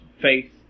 faith